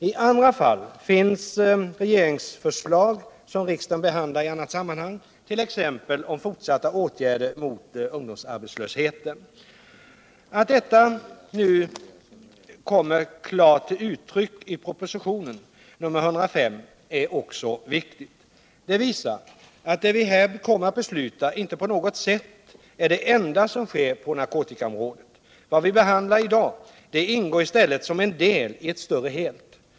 I andra fall finns regeringsförslag som riksdagen behandlar i annat sammanhang, t.ex. förslag om fortsatta åtgärder mot ungdomsarbetslösheten. Att detta nu kommer klart till uttryck i proposition nr 105 är också viktigt. Det visar att det vi här kommer att besluta inte på något sätt är det enda som sker på narkotikaområdet. Vad vi behandlar i dag ingår i stället som en del i ett större helt.